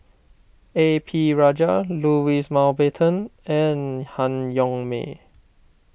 A P Rajah Louis Mountbatten and Han Yong May